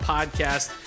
Podcast